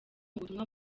ubutumwa